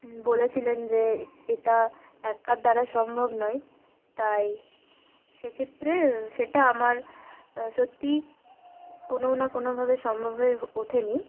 বলেছিলেন যে এটা একার দ্বারা সম্ভব নয় তাই সেক্ষেত্রে সেটা আমার সত্যিই কোনো না কোনোভাবে সম্ভব হয়ে ওঠেনি